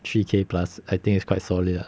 three K plus I think it's quite solid